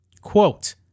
Quote